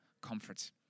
comfort